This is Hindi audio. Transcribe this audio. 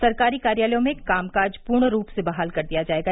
सरकारी कार्यालयों में कामकाज पूर्ण रूप से बहाल कर दिया जाएगा